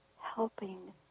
helping